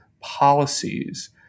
policies